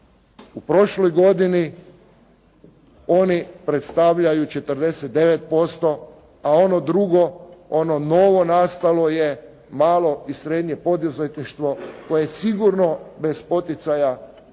U prošloj godini oni predstavljaju 49%, a ono drugo, ono novo nastalo je malo i srednje poduzetništvo koje sigurno bez poticaja Vlade,